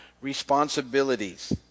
responsibilities